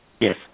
Yes